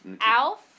Alf